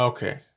Okay